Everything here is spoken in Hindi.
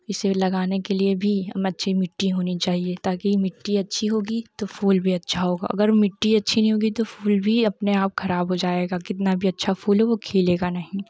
इसे लगाने के लिए भी अच्छी मिट्टी होनी चाहिए ताकि मिट्टी अच्छी होगी तो फूल भी अच्छा होगा मिट्टी अच्छी नहीं होगी तो फूल भी अपने आप ख़राब हो जाएगा कितना भी अच्छा फूल हो वह खिलेगा ही नहीं